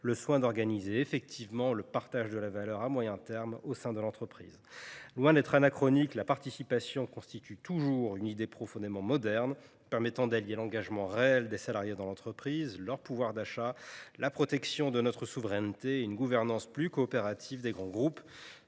le soin d’organiser effectivement le partage de la valeur à moyen terme au sein de l’entreprise. Loin d’être anachronique, la participation constitue toujours une idée profondément moderne, alliant engagement réel des salariés dans l’entreprise, pouvoir d’achat, protection de notre souveraineté et une gouvernance plus coopérative des grands groupes.